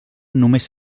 només